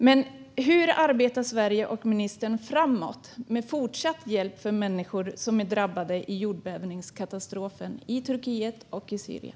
Men hur arbetar Sverige och ministern framåt med fortsatt hjälp för människor som drabbats i jordbävningskatastrofen i Turkiet och Syrien?